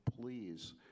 please